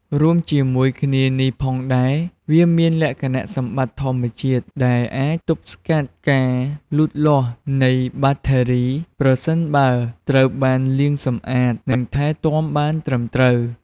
រួមជាមួយគ្នានេះផងដែរ វាមានលក្ខណៈសម្បត្តិធម្មជាតិដែលអាចទប់ស្កាត់ការលូតលាស់នៃបាក់តេរី ប្រសិនបើត្រូវបានលាងសម្អាត និងថែទាំបានត្រឹមត្រូវ។